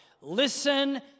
Listen